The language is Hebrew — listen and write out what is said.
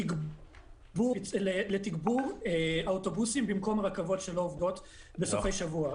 לתגבור האוטובוסים במקום הרכבות שלא עובדות בסופי שבוע.